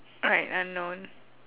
right unknown